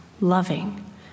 loving